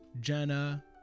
Jenna